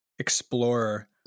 explorer